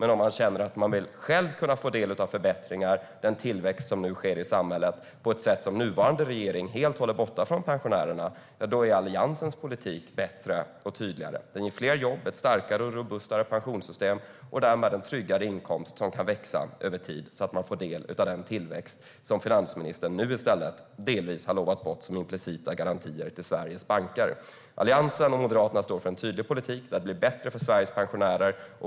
Men om man känner att man själv vill få del av förbättringar och den tillväxt som nu sker i samhället på ett sätt som nuvarande regering helt håller borta från pensionärerna är Alliansens politik bättre och tydligare. Den ger fler jobb, ett starkare och robustare pensionssystem och därmed en tryggare inkomst som kan öka över tid så att man får del av den tillväxt som finansministern delvis har lovat bort som implicita garantier till Sveriges banker. Alliansen och Moderaterna står för en tydlig politik där det blir bättre för Sveriges pensionärer.